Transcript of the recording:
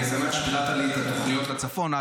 ואני שמח שהשבת לי על התוכניות בצפון.